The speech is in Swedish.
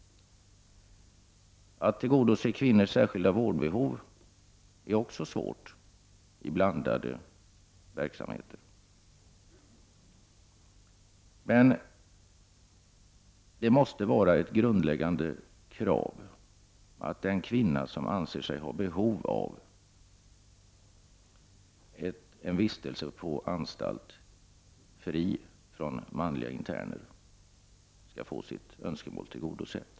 Att tillgodose kvinnors särskilda vårdbehov är också svårt i blandade verksamheter. Men ett grundläggande krav måste vara att en kvinna som anser sig ha behov av en vistelse på anstalt fri från manliga interner skall få sitt önskemål tillgodosett.